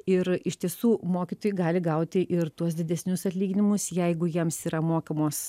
ir iš tiesų mokytojai gali gauti ir tuos didesnius atlyginimus jeigu jiems yra mokamos